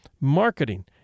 marketing